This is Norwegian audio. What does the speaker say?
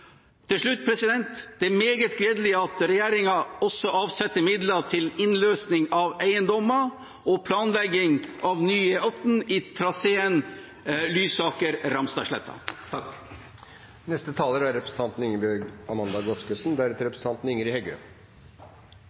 Til slutt: Det er meget gledelig at regjeringen også avsetter midler til innløsning av eiendommer og planlegging av ny E18 i traseen